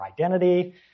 identity